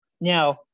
now